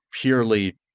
purely